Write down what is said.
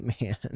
man